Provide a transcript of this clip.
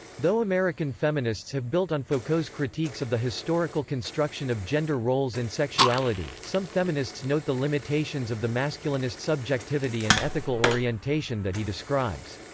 though american feminists have built on foucault's critiques of the historical construction of gender roles and sexuality, some feminists note the limitations of the masculinist subjectivity and ethical orientation that he describes.